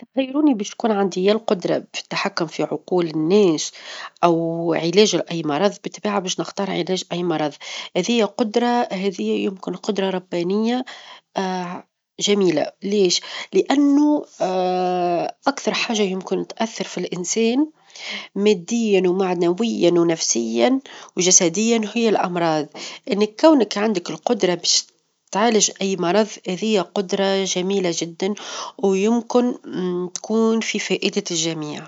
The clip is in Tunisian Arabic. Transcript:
إذا خيروني باش تكون عندي يا القدرة في التحكم في عقول الناس، أو علاج لأي مرظ بالطبيعة باش نختار علاج أي مرظ، -هذي قدرة- هذي يمكن قدرة ربانية جميلة، ليش؟ لانه أكثر حاجة يمكن تأثر في الإنسان ماديًا، ومعنويًا، ونفسيًا، وجسديًا هي الأمراظ، إنك كونك عندك القدرة باش تعالج أي مرظ هذي قدرة جميلة جدًا، ويمكن إنه تكون في فائدة الجميع.